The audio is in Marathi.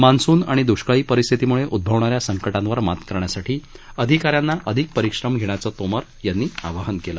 मान्सून आणि द्ष्काळ परिस्थितीम्ळे उद्भवणाऱ्या संकटांवर मात करण्यासाठी अधिकाऱ्यांना अधिक परिश्रम घेण्याचं तोमर यांनी आवाहनही केलं